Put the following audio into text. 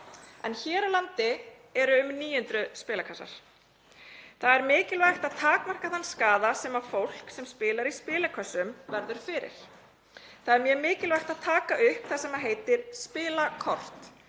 en hér á landi eru um 900 spilakassar. Það er mikilvægt að takmarka þann skaða sem fólk sem spilar í spilakössum verður fyrir. Það er mjög mikilvægt að taka upp það sem heitir spilakort